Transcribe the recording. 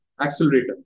accelerator